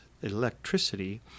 electricity